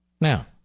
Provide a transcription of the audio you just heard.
Now